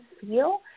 feel